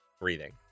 breathing